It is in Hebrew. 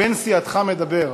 בן סיעתך מדבר.